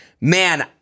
Man